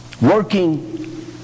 working